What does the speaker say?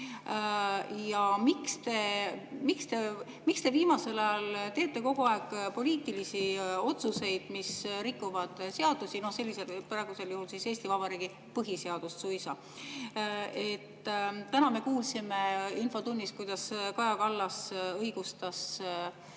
Miks te viimasel ajal teete kogu aeg poliitilisi otsuseid, mis rikuvad seadusi, praegu suisa Eesti Vabariigi põhiseadust? Täna me kuulsime infotunnis, kuidas Kaja Kallas õigustas